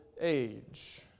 age